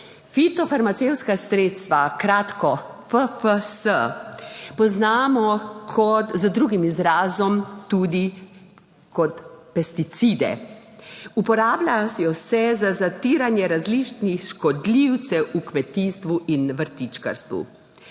Fitofarmacevtska sredstva, kratko FFS, poznamo z drugim izrazom tudi kot pesticide. Uporabljajo se za zatiranje različnih škodljivcev v kmetijstvu in vrtičkarstvu.